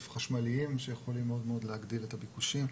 חשמליים שיכולים מאוד להגדיל את הביקושים,